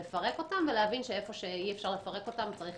לפרק אותם להבין שאיפה שאי אפשר לפרק אותם צריך